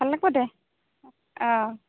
ভাল লাগিব দে অঁ